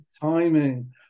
timing